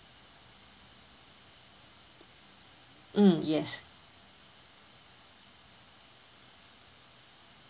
um yes